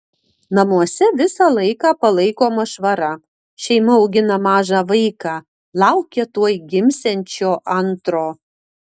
namuose visą laiką palaikoma švara šeima augina mažą vaiką laukia tuoj gimsiančio antro